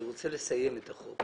אני רוצה לסיים את החוק.